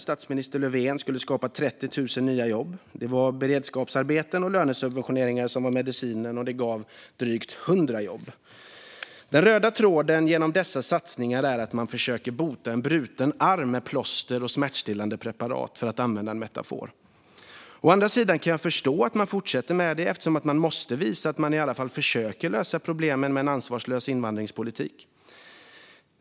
Statsminister Löfven skulle skapa 30 000 nya jobb. Det var beredskapsarbeten och lönesubventioner som var medicinen, och de gav drygt 100 jobb. Den röda tråden genom dessa satsningar är att man försöker bota en bruten arm med plåster och smärtstillande preparat, för att använda en metafor. Å andra sidan kan jag förstå att man fortsätter med det, eftersom man måste visa att man i alla fall försöker lösa problemen med en ansvarslös invandringspolitik.